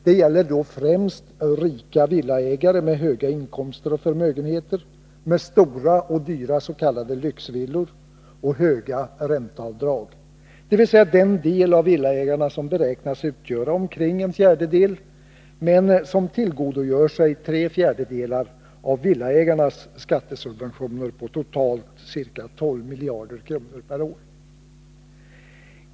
Det gäller då främst rika villaägare med höga inkomster och förmögenheter, med stora och dyra s.k. lyxvillor och höga ränteavdrag, dvs. den del av villaägarna som beräknas utgöra omkring en fjärdedel av villaägarna men som tillgodogör sig tre fjärdedelar av villaägarnas skattesubventioner på totalt ca 12 miljarder kronor per år.